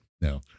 no